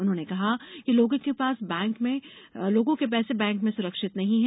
उन्होंने कहा कि लोगों के पैसे बैंक में सुरक्षित नहीं है